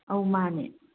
ꯑꯧ ꯃꯥꯅꯦ